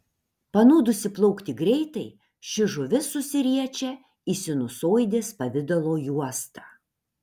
panūdusi plaukti greitai ši žuvis susiriečia į sinusoidės pavidalo juostą